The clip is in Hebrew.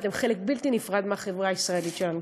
אתם חלק בלתי נפרד מהחברה הישראלית שלנו.